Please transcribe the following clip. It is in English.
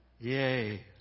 Yay